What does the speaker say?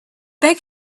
beg